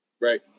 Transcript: Right